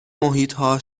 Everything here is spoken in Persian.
محیطها